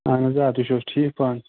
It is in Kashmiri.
اَہَن حظ آ تُہۍ چھُو حظ ٹھیٖک پانہٕ